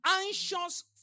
anxious